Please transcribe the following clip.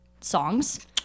songs